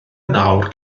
nawr